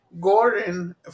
Gordon